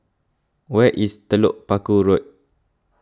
where is Telok Paku Road